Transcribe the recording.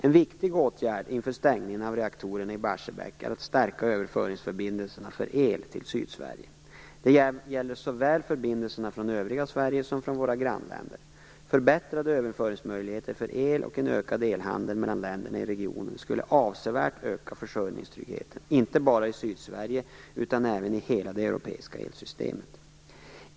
En viktig åtgärd inför stängningen av reaktorerna i Barsebäck är att stärka överföringsförbindelserna för el till Sydsverige. Det gäller såväl förbindelserna från övriga Sverige som från våra grannländer. Förbättrade överföringsmöjligheter för el och en ökad elhandel mellan länderna i regionen skulle avsevärt öka försörjningstryggheten, inte bara i Sydsverige utan även i hela det europeiska elsystemet.